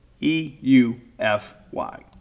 e-u-f-y